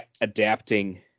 adapting